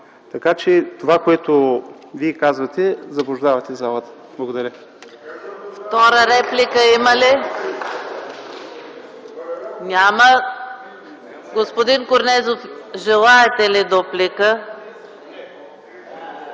С това, което Вие казвате, заблуждавате залата. Благодаря.